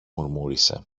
μουρμούρισε